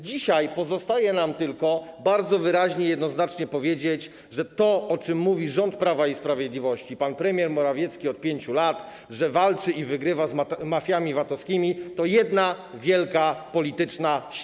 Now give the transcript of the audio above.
Dzisiaj pozostaje nam tylko bardzo wyraźnie, jednoznacznie powiedzieć, że to, o czym mówi rząd Prawa i Sprawiedliwości, pan premier Morawiecki od 5 lat, że walczy i wygrywa z mafiami VAT-owskimi, to jedna wielka polityczna ściema.